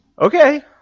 Okay